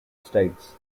states